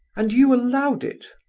and you allowed it?